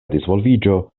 disvolviĝo